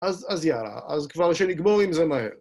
אז יאללה, אז כבר שנגמור עם זה מהר.